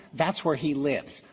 that's where he lives.